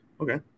Okay